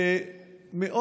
וגם,